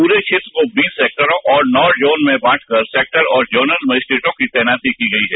पूरे क्षेत्र को बीस सेक्टरो और नौ जोन में बांटकर सेक्टर और नोडल मजिस्ट्रटो की तैनाती की गयी हैं